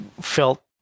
felt